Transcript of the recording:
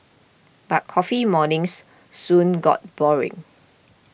but coffee mornings soon got boring